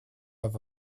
efo